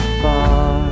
far